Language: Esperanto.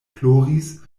ploris